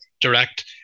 direct